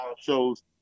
shows